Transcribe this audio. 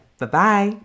Bye-bye